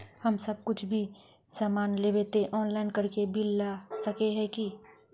हम कुछ भी सामान लेबे ते ऑनलाइन करके बिल ला सके है की?